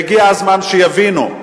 הגיע הזמן שיבינו.